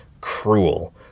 cruel